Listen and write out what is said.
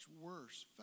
worse